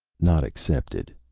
not accepted,